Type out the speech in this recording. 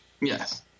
Yes